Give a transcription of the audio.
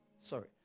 sorry